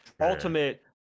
Ultimate